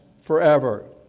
forever